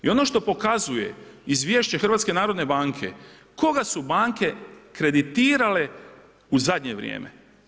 I ono što pokazuje izvješće HNB koga su banke kreditirale u zadnje vrijeme?